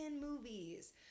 movies